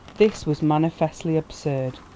this was manifestly absurd,